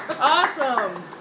Awesome